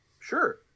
Sure